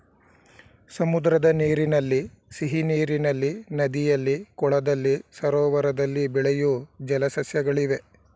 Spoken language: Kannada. ಸಮುದ್ರದ ನೀರಿನಲ್ಲಿ, ಸಿಹಿನೀರಿನಲ್ಲಿ, ನದಿಯಲ್ಲಿ, ಕೊಳದಲ್ಲಿ, ಸರೋವರದಲ್ಲಿ ಬೆಳೆಯೂ ಜಲ ಸಸ್ಯಗಳಿವೆ